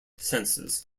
senses